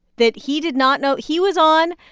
that he did not know he was on.